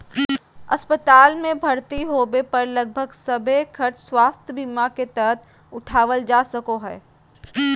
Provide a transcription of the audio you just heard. अस्पताल मे भर्ती होबे पर लगभग सभे खर्च स्वास्थ्य बीमा के तहत उठावल जा सको हय